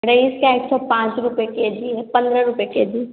rice का एक सौ पाँच रुपए के जी है पंद्रह रुपए के जी